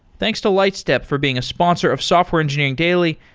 thanks to lightstep for being a sponsor of software engineering daily,